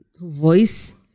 voice